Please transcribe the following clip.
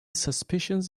suspicions